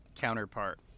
counterpart